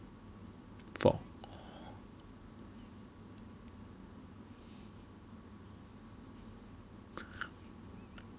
four